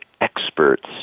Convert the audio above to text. experts